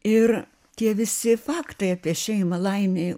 ir tie visi faktai apie šeimą laimei